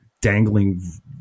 dangling